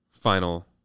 final